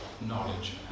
knowledge